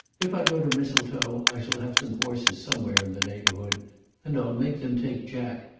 if i go to mistletoe i shall have some horses somewhere in the neighbourhood and i'll make them take jack,